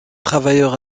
travailleur